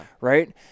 Right